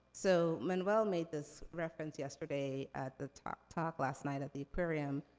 so, manuel made this reference yesterday, at the talk talk last night, at the aquarium,